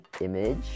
image